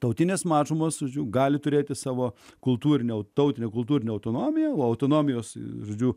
tautines mažumas už jų gali turėti savo kultūrinę tautinę kultūrinę autonomiją o autonomijos vyzdžių